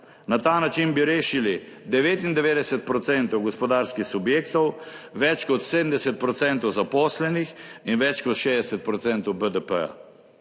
Na ta način bi rešili 99 % gospodarskih subjektov, več kot 70 % zaposlenih in več kot 60 % BDP.